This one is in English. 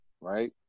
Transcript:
right